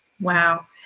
wow